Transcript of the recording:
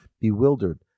bewildered